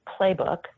playbook